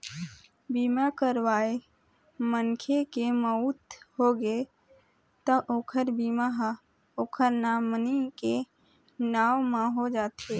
बीमा करवाए मनखे के मउत होगे त ओखर बीमा ह ओखर नामनी के नांव म हो जाथे